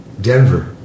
Denver